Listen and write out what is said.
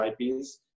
IPs